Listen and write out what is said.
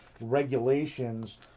regulations